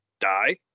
die